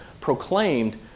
proclaimed